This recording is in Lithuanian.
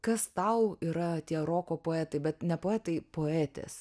kas tau yra tie roko poetai bet ne poetai poetės